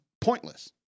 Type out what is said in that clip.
pointless